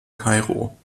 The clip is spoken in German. kairo